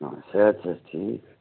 صحت چھا حظ ٹھیٖک